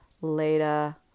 Later